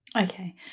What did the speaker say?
Okay